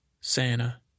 Santa